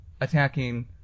attacking